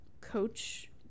coach